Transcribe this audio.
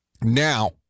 Now